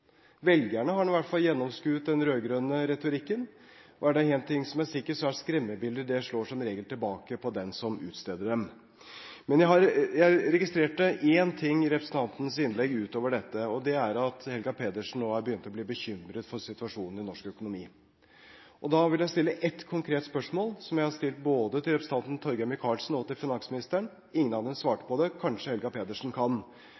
Velgerne har i hvert fall gjennomskuet den rød-grønne retorikken. Og er det én ting som er sikkert, er det at skremmebilder som regel slår tilbake på den som utsteder dem. Jeg registrerte én ting i representantens innlegg utover dette, og det er at Helga Pedersen nå har begynt å bli bekymret for situasjonen i norsk økonomi. Da vil jeg stille et konkret spørsmål, som jeg har stilt både til representanten Torgeir Micaelsen og til finansministeren. Ingen av dem svarte på det, men kanskje Helga Pedersen kan.